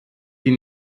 die